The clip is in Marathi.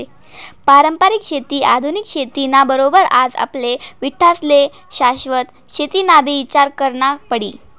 पारंपरिक शेती आधुनिक शेती ना बरोबर आज आपले बठ्ठास्ले शाश्वत शेतीनाबी ईचार करना पडी